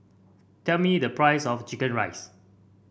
tell me the price of chicken rice